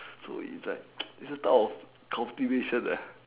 so it's like it's a type of cultivation lah